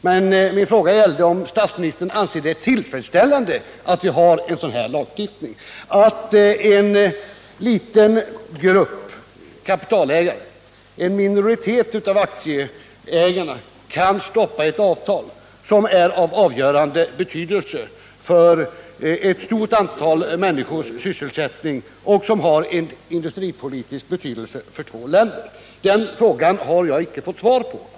Men min fråga gällde om statsministern anser det tillfredsställande att vi har en sådan här lagstiftning, att en liten grupp kapitalägare, en minoritet av aktieägare, kan stoppa ett avtal, som är av avgörande betydelse för ett stort antal människors sysselsättning och som har en industripolitisk betydelse för två länder. Den frågan har jag icke fått svar på.